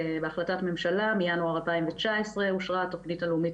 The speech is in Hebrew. בהחלטת ממשלה מינואר 2019 אושרה התכנית הלאומית